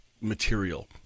material